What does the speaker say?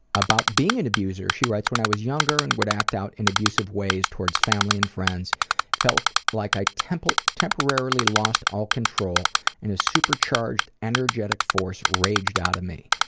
about being an abuser she writes when i was younger and would act out in abusive ways towards family and friends, it felt like i temporarily temporarily lost all control and a supercharged, energetic force raged out of me,